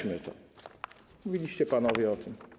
Weźmy to, mówiliście panowie o tym.